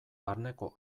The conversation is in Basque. barneko